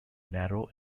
narrow